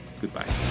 goodbye